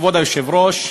כבוד היושב-ראש,